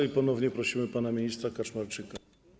I ponownie prosimy pana ministra Kaczmarczyka.